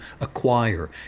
acquire